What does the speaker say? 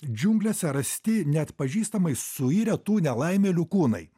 džiunglėse rasti neatpažįstamai suirę tų nelaimėlių kūnai